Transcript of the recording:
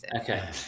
Okay